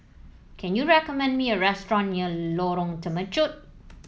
can you recommend me a restaurant near Lorong Temechut